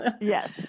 yes